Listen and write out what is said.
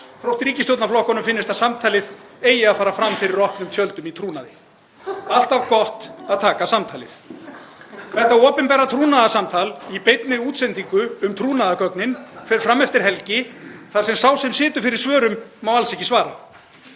þótt ríkisstjórnarflokkunum finnist að samtalið eigi að fara fram fyrir opnum tjöldum í trúnaði. Alltaf gott að taka samtalið. Þetta opinbera trúnaðarsamtal í beinni útsendingu um trúnaðargögnin fer fram eftir helgi þar sem sá sem situr fyrir svörum má alls ekki svara.